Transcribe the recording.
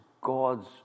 God's